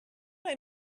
what